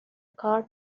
کار